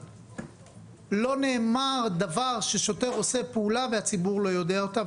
לא נאמר דבר ששוטר עושה פעולה והציבור לא יודע אותה,